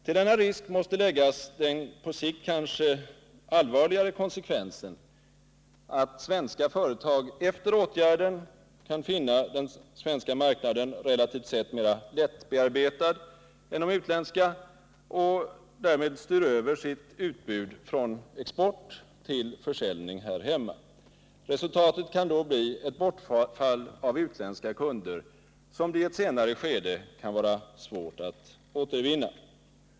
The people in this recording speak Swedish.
Till denna risk måste läggas den på sikt kanske allvarligare konsekvensen att svenska företag efter åtgärden kan finna den svenska marknaden relativt sett mera lättbearbetad än de utländska marknaderna och styr över sitt utbud från export till försäljning här hemma. Resultatet kan då bli ett bortfall av utländska kunder, som det i ett senare skede kan vara svårt att återvinna.